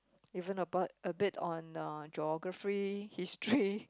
even uh a bit on uh Geography History